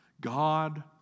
God